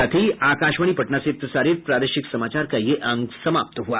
इसके साथ ही आकाशवाणी पटना से प्रसारित प्रादेशिक समाचार का ये अंक समाप्त हुआ